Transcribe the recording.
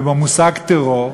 ובמושג "טרור",